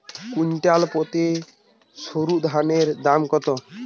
Quintal প্রতি সরুধানের দাম কত?